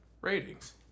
ratings